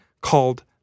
called